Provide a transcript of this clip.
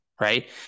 right